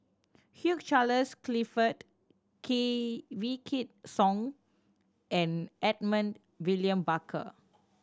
Hugh Charles Clifford Wykidd Song and Edmund William Barker